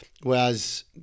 whereas